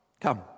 come